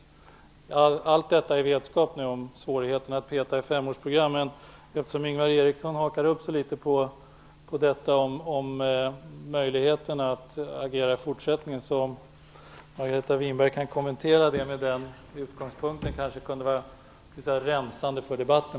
Jag vet att det är svårt att närmare ange detta i ett femårsprogram, men eftersom Ingvar Eriksson hakar upp sig på möjligheterna att agera i fortsättningen, skulle det kanske verka rensande i debatten om Margareta Winberg kunde kommentera detta.